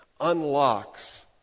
unlocks